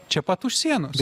čia pat už sienos